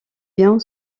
bien